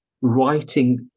writing